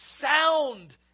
sound